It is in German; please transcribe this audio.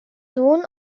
sohn